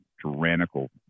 tyrannical